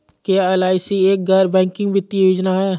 क्या एल.आई.सी एक गैर बैंकिंग वित्तीय योजना है?